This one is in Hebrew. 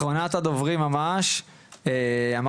אחרונת הדוברים, נמצאת